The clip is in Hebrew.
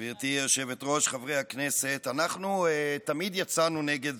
היושבת-ראש, חברי הכנסת, אנחנו תמיד יצאנו נגד